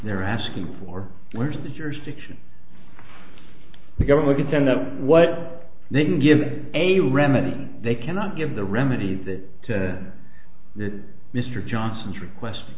they're asking for where's the jurisdiction the government can send them what then given a remedy they cannot give the remedy that to mr johnson's request